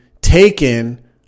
taken